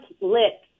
lit